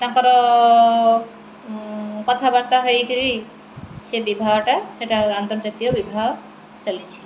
ତାଙ୍କର କଥାବାର୍ତ୍ତା ହେଇକିରି ସେ ବିବାହଟା ସେଟା ଆନ୍ତର୍ଜାତୀୟ ବିବାହ ଚାଲିଛି